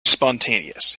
spontaneous